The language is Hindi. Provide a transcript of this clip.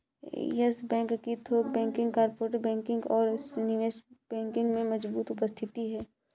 यस बैंक की थोक बैंकिंग, कॉर्पोरेट बैंकिंग और निवेश बैंकिंग में मजबूत उपस्थिति है